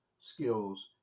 skills